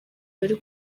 bari